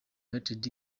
united